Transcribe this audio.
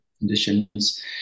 conditions